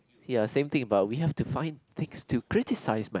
ya same things about we have to find things to criticize man